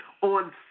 on